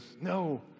No